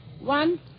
One